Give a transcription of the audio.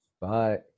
Bye